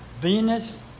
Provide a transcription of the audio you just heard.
Venus